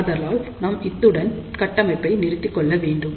ஆதலால் நாம் இத்துடன் கட்டமைப்பை நிறுத்திக்கொள்ள வேண்டும்